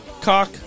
cock